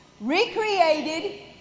recreated